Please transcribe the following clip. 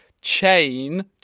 Chain